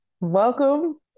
Welcome